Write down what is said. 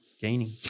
gaining